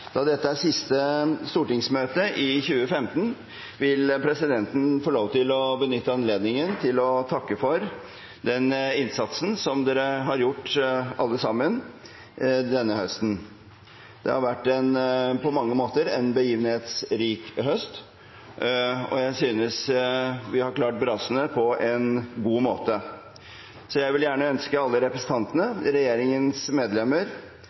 Da dette er siste stortingsmøte i 2015, vil presidenten få lov til å benytte anledningen til å takke for den innsatsen som dere har gjort, alle sammen, denne høsten. Det har vært en på mange måter begivenhetsrik høst, og jeg synes vi har klart brasene på en god måte. Jeg vil gjerne ønske alle representantene, regjeringens medlemmer,